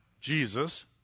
Jesus